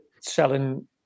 selling